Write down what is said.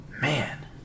Man